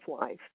life